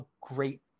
great